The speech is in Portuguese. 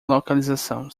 localização